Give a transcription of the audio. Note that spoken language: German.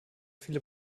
viele